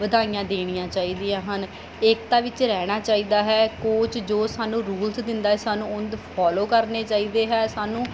ਵਧਾਈਆਂ ਦੇਣੀਆਂ ਚਾਹੀਦੀਆਂ ਹਨ ਏਕਤਾ ਵਿੱਚ ਰਹਿਣਾ ਚਾਹੀਦਾ ਹੈ ਕੋਚ ਜੋ ਸਾਨੂੰ ਰੂਲਸ ਦਿੰਦਾ ਹੈ ਸਾਨੂੰ ਉਹ ਫੋਲੋ ਕਰਨੇ ਚਾਹੀਦੇ ਹੈ ਸਾਨੂੰ